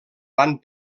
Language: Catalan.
van